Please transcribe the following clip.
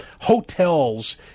hotels